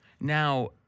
Now